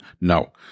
no